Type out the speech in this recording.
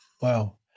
Wow